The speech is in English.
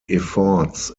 efforts